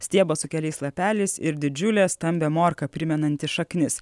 stiebas su keliais lapeliais ir didžiulė stambią morką primenanti šaknis